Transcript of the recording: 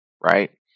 right